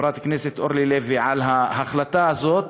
חברת הכנסת אורלי לוי, של ההחלטה הזאת,